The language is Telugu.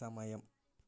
సమయం